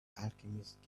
alchemist